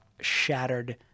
shattered